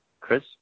Chris